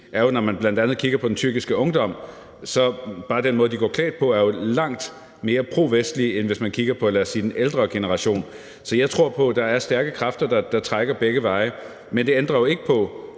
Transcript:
er i Tyrkiet og bl.a. kigger på den tyrkiske ungdom, så er bare den måde, de går klædt på, jo langt mere vestlig end den ældre generations måde at gå klædt på. Så jeg tror på, at der er stærke kræfter, der trækker begge veje. Men det ændrer jo ikke på,